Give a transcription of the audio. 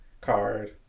Card